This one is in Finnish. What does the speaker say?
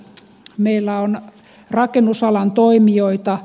meillä on rakennusalan toimijoita